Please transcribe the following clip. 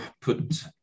put